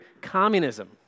communism